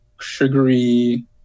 sugary